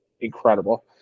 incredible